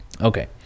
Okay